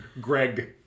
Greg